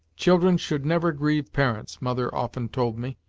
children should never grieve parents, mother often told me,